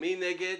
מי נגד?